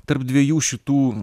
tarp dviejų šitų